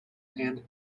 and